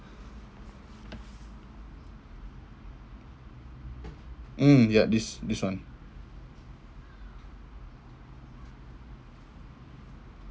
mm ya this this one